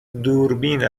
دوربین